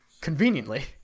Conveniently